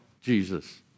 Jesus